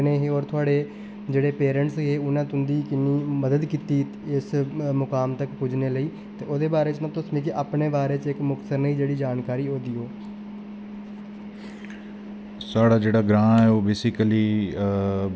कनेह् हे और तोआढ़े पेरैंटस हे उनैं तुंदी किन्नी मदद कीती इस मुकाम तक पुज्जने लेई ते उस बारे च तुस अपने बारे च मुक्तसर जेही जानकारी देओ साढ़ा जेह्ड़ा ग्रांऽ ऐ ओह् बोसिकली